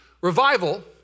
revival